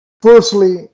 Firstly